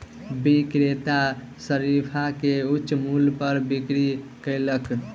विक्रेता शरीफा के उच्च मूल्य पर बिक्री कयलक